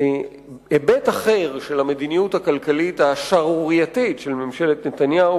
היבט אחר של המדיניות הכלכלית השערורייתית של ממשלת נתניהו,